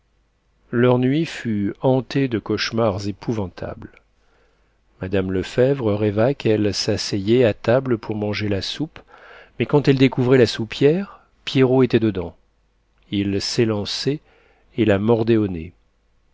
leur nuit fut hantée de cauchemars épouvantables mme lefèvre rêva qu'elle s'asseyait à table pour manger la soupe mais quand elle découvrait la soupière pierrot était dedans il s'élançait et la mordait